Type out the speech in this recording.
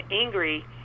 angry